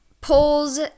polls